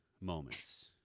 moments